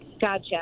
Gotcha